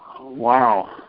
Wow